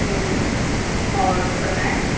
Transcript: और समय